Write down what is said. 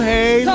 Hey